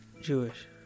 Jewish